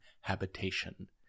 habitation